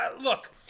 look